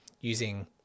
using